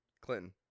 Clinton